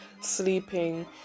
sleeping